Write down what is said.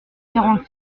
quarante